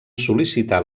sol·licitar